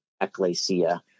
ecclesia